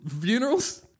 Funerals